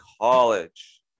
college